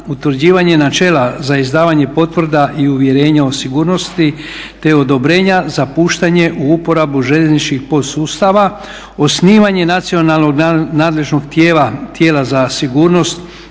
utvrđivanje načela za izdavanje potvrda i uvjerenja o sigurnosti te odobrenja za puštanje u uporabu željezničkih podsustava, osnivanje nacionalnog nadležnog tijela, tijela za sigurnost.